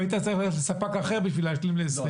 והיית צריך ללכת לספק אחר בשביל להשלים ל-20?